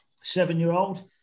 seven-year-old